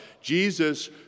Jesus